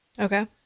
Okay